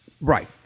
Right